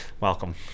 Welcome